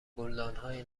گلدانهای